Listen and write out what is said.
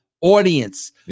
audience